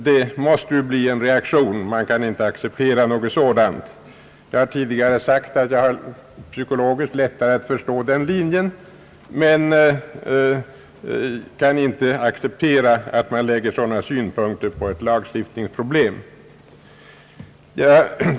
Det måste ju bli en reaktion mot det.» Jag har för min del tidigare sagt att det är psykologiskt lättare att förstå den linjen, men jag kan inte acceptera att det läggs sådana synpunkter på en lagstiftningsfråga av den här valören.